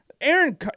Aaron